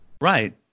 Right